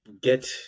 get